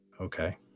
Okay